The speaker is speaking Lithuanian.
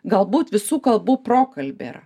galbūt visų kalbų prokalbė yra